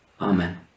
Amen